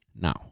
Now